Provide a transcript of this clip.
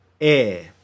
Air